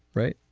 right